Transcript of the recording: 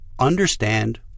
understand